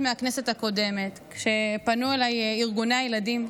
מהכנסת הקודמת כשפנו אליי ארגוני הילדים.